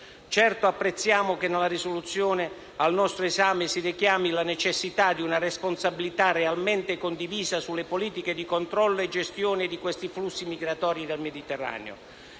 Certo, apprezziamo che, nella risoluzione al nostro esame, si richiami la necessità di una responsabilità realmente condivisa sulle politiche di controllo e gestione dei flussi migratori nel Mediterraneo.